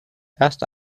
erst